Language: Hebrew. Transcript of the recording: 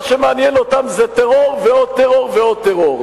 שמעניין אותם זה טרור ועוד טרור ועוד טרור.